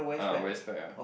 ah wear spec ah